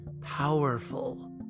powerful